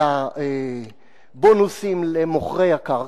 אלא בונוסים למוכרי הקרקע,